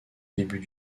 début